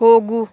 ಹೋಗು